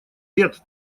лет